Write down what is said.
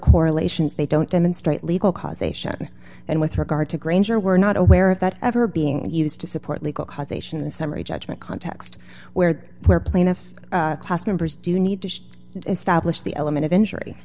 correlations they don't demonstrate legal causation and with regard to granger we're not aware of that ever being used to support legal causation in the summary judgment context where where plaintiff class members do need to establish the element of injury